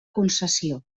concessió